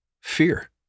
fear